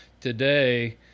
Today